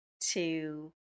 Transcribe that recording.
two